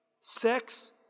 Sex